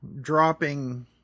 dropping